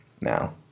now